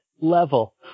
level